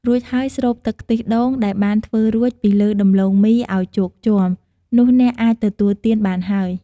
រួចហើយ ស្រូបទឹកខ្ទិះដូងដែលបានធ្វើរួច ពីលើដំឡូងមីឱ្យជោគជាំ នោះអ្នកអាចទទួលទានបានហើយ។